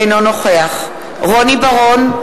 אינו נוכח רוני בר-און,